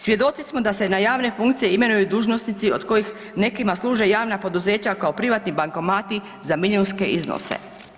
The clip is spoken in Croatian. Svjedoci smo da se na javne funkcije imenuju dužnosnici od kojih nekima služe javna poduzeća kao privatni bankomati za milijunske iznosi.